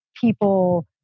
people